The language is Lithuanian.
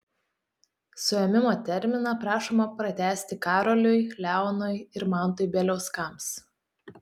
suėmimo terminą prašoma pratęsti karoliui leonui ir mantui bieliauskams